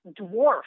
dwarf